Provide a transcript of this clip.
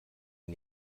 ihr